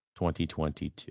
2022